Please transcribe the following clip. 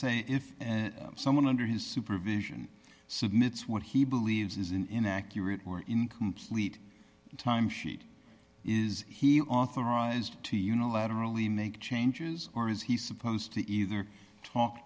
say if someone under his supervision submits what he believes is an inaccurate or incomplete time sheet is he authorized to unilaterally make changes or is he supposed to either talk